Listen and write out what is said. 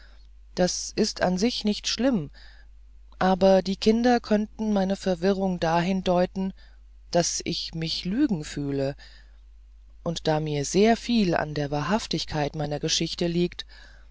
das ist an sich nicht schlimm aber die kinder könnten meine verwirrung dahin deuten daß ich mich lügen fühle und da mir sehr viel an der wahrhaftigkeit meiner geschichte liegt